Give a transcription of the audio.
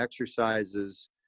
exercises